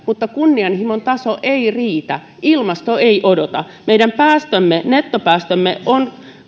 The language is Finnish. mutta kunnianhimon taso ei riitä ilmasto ei odota meidän nettopäästömme ovat